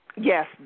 Yes